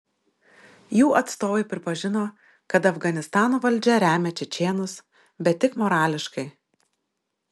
jų atstovai pripažino kad afganistano valdžia remia čečėnus bet tik morališkai